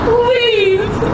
please